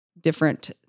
different